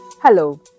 Hello